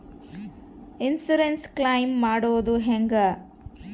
Insurance claim ಮಾಡೋದು ಹೆಂಗ?